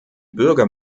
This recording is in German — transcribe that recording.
bürger